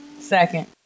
Second